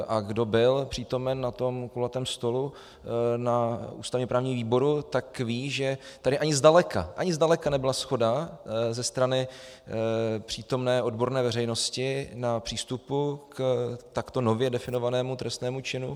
A kdo byl přítomen na tom kulatém stolu v ústavněprávním výboru, tak ví, že tady ani zdaleka, ani zdaleka nebyla shoda ze strany přítomné odborné veřejnosti na přístupu k takto nově definovanému trestnému činu.